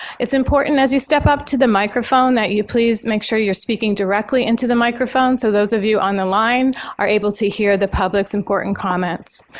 it's important as you step up to the microphone that you please make sure you're speaking directly into the microphone, so those of you on the line are able to hear the public's important comments.